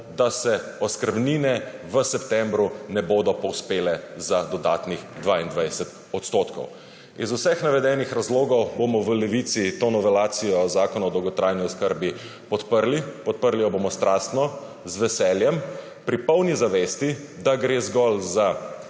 da se oskrbnine v septembru ne bodo povzpele za dodatnih 22 %. Iz vseh navedenih razlogov bomo v Levici to novelacijo zakona o dolgotrajni oskrbi podprli. Podprli jo bomo strastno, z veseljem, pri polni zavesti, da gre zgolj za